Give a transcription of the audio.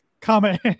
comment